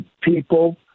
people